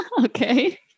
Okay